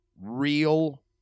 real